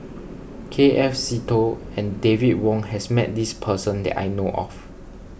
K F Seetoh and David Wong has met this person that I know of